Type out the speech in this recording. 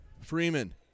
Freeman